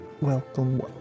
welcome